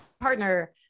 partner